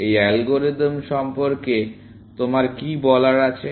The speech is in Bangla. এই অ্যালগরিদম সম্পর্কে আপনার কি বলার আছে